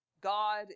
God